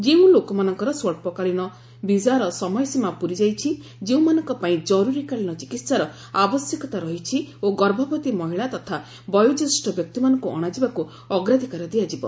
ଯେଉଁ ଲୋକମାନଙ୍କର ସ୍ୱଚ୍ଚକାଳୀନ ବିଜାର ସମୟସୀମା ପୁରିଯାଇଛି ଯେଉଁମାନଙ୍କ ପାଇଁ ଜରୁରିକାଳୀନ ଚିକିତ୍ସାର ଆବଶ୍ୟକତା ରହିଛି ଓ ଗର୍ଭବତୀ ମହିଳା ତଥା ବୟୋଜ୍ୟେଷ୍ଠ ବ୍ୟକ୍ତିମାନଙ୍କୁ ଅଣାଯିବାକୁ ଅଗ୍ରାଧିକାର ଦିଆଯିବ